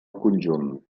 conjunt